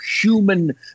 human